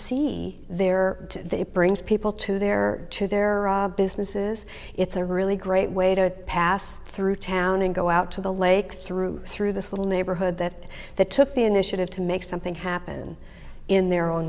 see their it brings people to their to their businesses it's a really great way to pass through town and go out to the lake through through this little neighborhood that that took the initiative to make something happen in their own